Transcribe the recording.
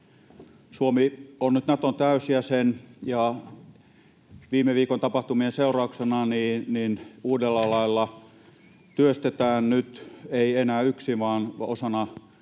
Suomi on nyt Naton täysjäsen, ja viime viikon tapahtumien seurauksena uudella lailla työstetään nyt — ei enää yksin vaan osana